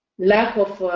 lack of